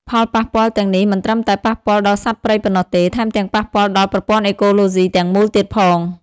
ផលប៉ះពាល់ទាំងនេះមិនត្រឹមតែប៉ះពាល់ដល់សត្វព្រៃប៉ុណ្ណោះទេ ថែមទាំងប៉ះពាល់ដល់ ប្រព័ន្ធអេកូឡូស៊ីទាំងមូល ទៀតផង។